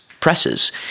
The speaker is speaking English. presses